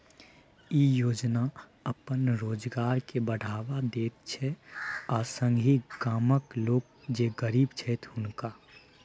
ई योजना अपन रोजगार के बढ़ावा दैत छै आ संगहि गामक लोक जे गरीब छैथ हुनका